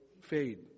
fade